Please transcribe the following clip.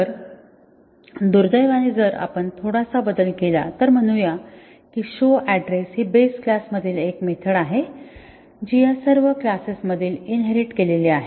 तर दुर्दैवाने जर आपण थोडासा बदल केला तर म्हणूया की show address ही बेस क्लास मधील एक मेथड आहे जी या सर्व क्लासेसमध्ये इनहेरिट केलेली आहे